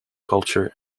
culture